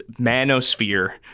manosphere